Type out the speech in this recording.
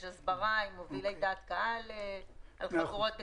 יש הסברה עם מובילי דעת קהל על חגורות בטיחות.